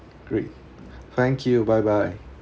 great thank you bye bye